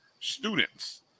students